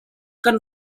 kan